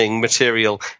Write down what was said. material